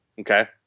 Okay